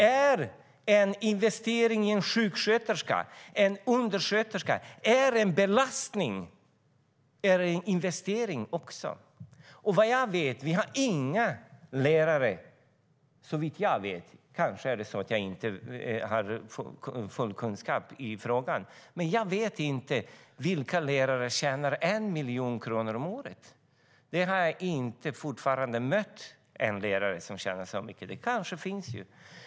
Är en investering i en sjuksköterska eller en undersköterska en belastning eller en investering? Såvitt jag vet - kanske har jag inte full kunskap i frågan - finns det inga lärare som tjänar 1 miljon kronor om året. Jag har ännu inte mött någon lärare som tjänar så mycket, fast det kanske finns.